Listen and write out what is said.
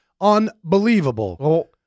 unbelievable